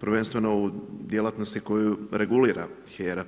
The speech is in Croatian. prvenstveno u djelatnosti koju regulira HERA.